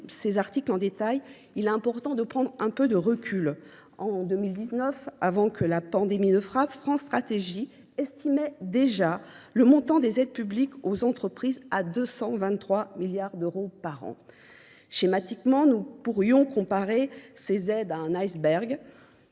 dispositions en détail, il est important de prendre un peu de recul. En 2019, avant que la pandémie ne frappe, France Stratégie estimait déjà le montant des aides publiques aux entreprises à 223 milliards d’euros par an. Schématiquement, nous pourrions comparer ces aides à un iceberg